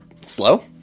slow